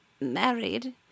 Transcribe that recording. married